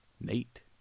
Nate